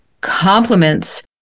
compliments